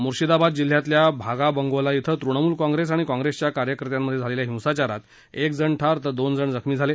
मुशिंदाबाद जिल्ह्यातल्या भागाबंगोला छिं तृणमूल काँग्रेस अणि काँग्रेसच्या कार्यकर्त्यात झालेल्या हिंसाचारात एकजण ठार तर दोनजण जखमी झाले